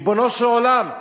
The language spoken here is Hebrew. ריבונו של עולם,